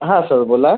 हा सर बोला